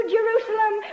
Jerusalem